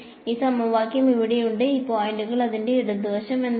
ഈ സമവാക്യം ഇവിടെയുണ്ട് ഈ പോയിന്റുകൾക്ക് അതിന്റെ ഇടതുവശം എന്താണ്